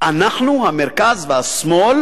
אנחנו, המרכז והשמאל